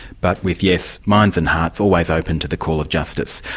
but with yes, minds and hearts always open to the call of justice.